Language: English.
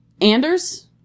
Anders